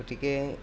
গতিকে